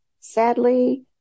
sadly